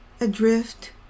adrift